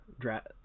draft